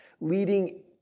leading